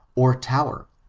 or tower,